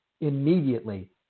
immediately